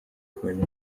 kumenya